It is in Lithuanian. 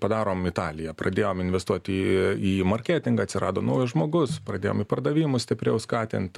padarom italiją pradėjom investuoti į į marketingą atsirado naujas žmogus pradėjom ir pardavimus stipriau skatint